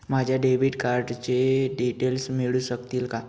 माझ्या डेबिट कार्डचे डिटेल्स मिळू शकतील का?